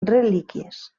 relíquies